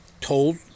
told